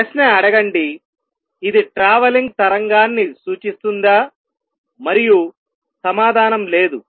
ప్రశ్న అడగండి ఇది ట్రావెలింగ్ తరంగాన్ని సూచిస్తుందా మరియు సమాధానం లేదు